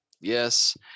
Yes